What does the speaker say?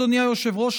אדוני היושב-ראש,